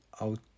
out